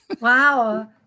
Wow